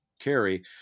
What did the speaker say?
carry